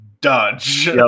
dodge